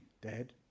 Dad